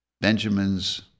Benjamin's